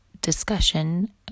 discussion